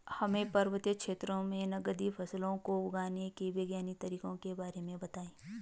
हमें पर्वतीय क्षेत्रों में नगदी फसलों को उगाने के वैज्ञानिक तरीकों के बारे में बताइये?